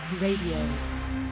radio